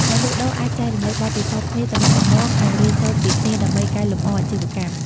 អ្នកលក់ដូរអាចចែករំលែកបទពិសោធន៍គ្នាទៅវិញទៅមក និងរៀនសូត្រពីគ្នា ដើម្បីកែលម្អអាជីវកម្ម ។